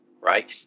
right